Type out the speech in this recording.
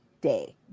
day